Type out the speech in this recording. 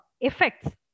effects